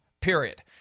Period